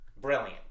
brilliant